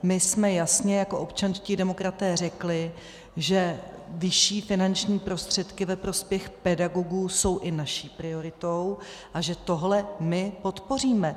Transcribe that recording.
My jsme jasně jako občanští demokraté řekli, že vyšší finanční prostředky ve prospěch pedagogů jsou i naší prioritou a že tohle my podpoříme.